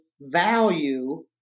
value